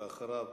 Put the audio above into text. ואחריו,